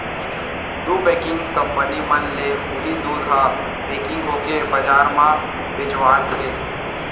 दू packing company मन ले उही दूद ह पेकिग होके बजार म बेचावत हे